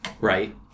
right